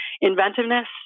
inventiveness